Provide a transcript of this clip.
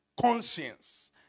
conscience